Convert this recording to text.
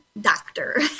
doctor